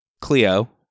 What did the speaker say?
Cleo